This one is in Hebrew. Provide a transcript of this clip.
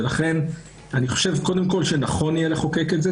לכן אני חושב שקודם כל נכון יהיה לחוקק את זה.